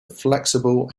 flexible